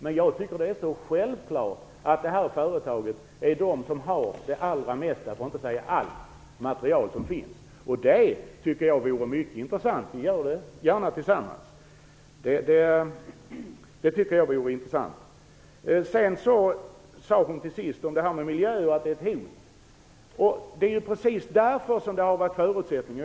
Men för mig är det självklart att detta företag är den organisation som har det allra mesta - för att inte säga allt - av det material som finns. Det vore mycket intressant att gå dit, och jag gör det gärna tillsammans med er. Till sist sade Elisa Abascal Reyes att bron innebär ett hot mot miljön. Det är ju precis därför som det har funnits förutsättningar.